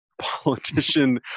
politician